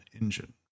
engine